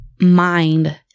mind